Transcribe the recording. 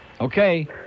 Okay